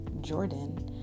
Jordan